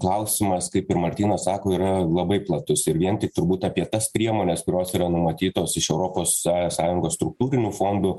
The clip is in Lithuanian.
klausimas kaip ir martynas sako yra labai platus ir vien turbūt apie tas priemones kurios yra numatytos iš europos są sąjungos struktūrinių fondų